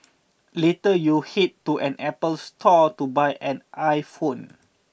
later you head to an Apple store to buy an iPhone